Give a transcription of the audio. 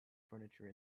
furniture